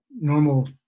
normal